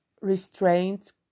restraints